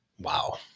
Wow